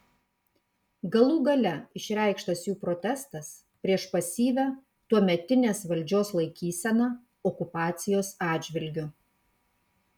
galų gale išreikštas jų protestas prieš pasyvią tuometinės valdžios laikyseną okupacijos atžvilgiu